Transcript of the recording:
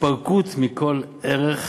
התפרקות מכל ערך,